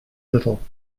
little